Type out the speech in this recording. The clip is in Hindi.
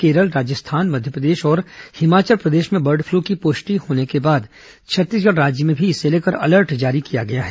केरल राजस्थान मध्यप्रदेश और हिमाचल प्रदेश में बर्ड फ्लू की पुष्टि होने के बाद छत्तीसगढ़ राज्य में भी इसे लेकर अलर्ट जारी किया गया है